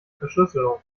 verschlüsselung